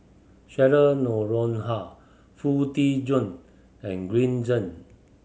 Cheryl Noronha Foo Tee Jun and Green Zeng